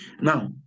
Now